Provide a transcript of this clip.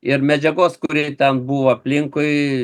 ir medžiagos kuri ten buvo aplinkui